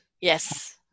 Yes